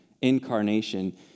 Incarnation